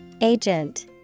Agent